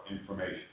information